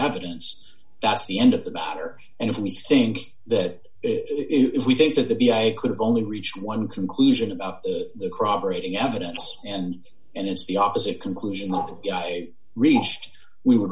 evidence that's the end of the matter and if we think that if we think that the b a could only reach one conclusion about the crop rating evidence and and it's the opposite conclusion not reached we w